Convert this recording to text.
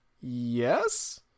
yes